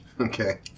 Okay